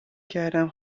کردم